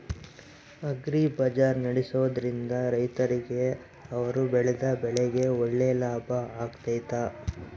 Agri ಬಜಾರ್ ನಡೆಸ್ದೊರಿಂದ ರೈತರಿಗೆ ಅವರು ಬೆಳೆದ ಬೆಳೆಗೆ ಒಳ್ಳೆ ಲಾಭ ಆಗ್ತೈತಾ?